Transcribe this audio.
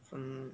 from